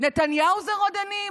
נתניהו זה רודנים?